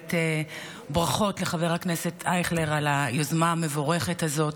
ברכות לחבר הכנסת אייכלר על היוזמה המבורכת הזאת